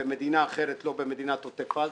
הם במדינה אחרת ולא במדינת עוטף עזה.